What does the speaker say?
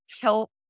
help